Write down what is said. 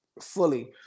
fully